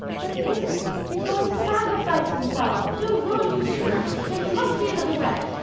what is it? he's going to sacrifice himself. no ron, you can't. there must be another way.